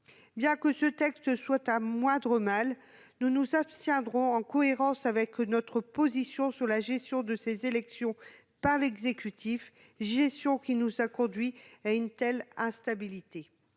Bien que ce texte soit un moindre mal, nous nous abstiendrons, en cohérence avec notre position sur la gestion de ces élections par l'exécutif, une gestion qui a provoqué l'instabilité